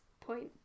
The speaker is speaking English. point